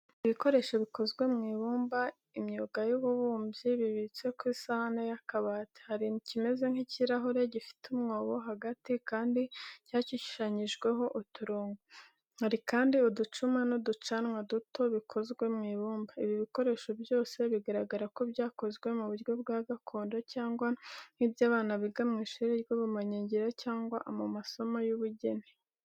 Ibikoresho bikozwe mu ibumba. Imyuga y'ububumbyi bibitse ku isahani y’akabati. Hari ikimeze nk’ikirahuri gifite umwobo hagati kandi cyashushanyijweho uturongo. Hari kandi uducuma n’uducanwa duto bikozwe mu ibumba. Ibi bikoresho byose bigaragara ko byakozwe mu buryo bwa gakondo cyangwa nk’ibyo abana biga mu ishuri ry’ubumenyingiro cyangwa mu masomo y’ubugeni.